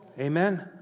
Amen